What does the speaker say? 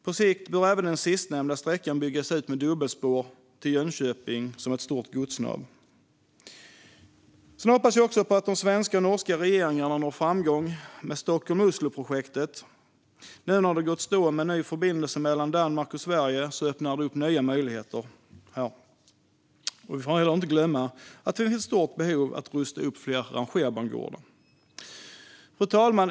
På sikt bör även den sistnämnda sträckan byggas ut med dubbelspår till Jönköping, som är ett stort godsnav. Jag hoppas också på att de svenska och norska regeringarna når framgång med Stockholm-Oslo-projektet. När nu en ny förbindelse mellan Danmark och Sverige har gått i stå öppnas nya möjligheter upp för detta. Vi får heller inte glömma att det finns ett stort behov av att även rusta upp flera rangerbangårdar. Fru talman!